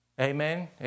amen